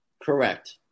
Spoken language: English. Correct